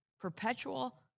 Perpetual